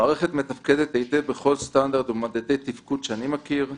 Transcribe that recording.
המערכת מתפקדת היטב בכל סטנדרט ומדדי תפקוד שאני מכיר.